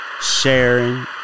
sharing